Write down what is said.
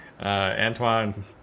Antoine